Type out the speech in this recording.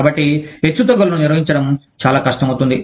కాబట్టి హెచ్చుతగ్గులను నిర్వహించడం చాలా కష్టం అవుతుంది